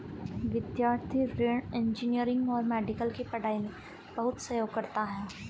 विद्यार्थी ऋण इंजीनियरिंग और मेडिकल की पढ़ाई में बहुत सहयोग करता है